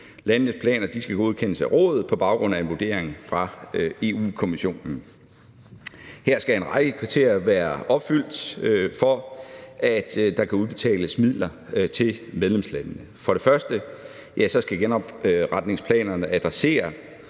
Landenes planer skal godkendes af Rådet på baggrund af en vurdering fra Europa-Kommissionen. Her skal en række kriterier være opfyldt, for at der kan udbetales midler til medlemslandene. For det første skal genopretningsplanerne adressere